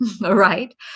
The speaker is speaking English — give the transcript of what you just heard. right